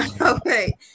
Okay